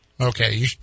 Okay